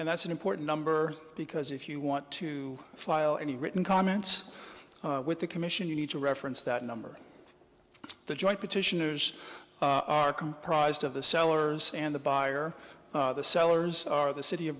and that's an important number because if you want to file any written comments with the commission you need to reference that number the joint petitioners are comprised of the sellers and the buyer the sellers are the city of